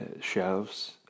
shelves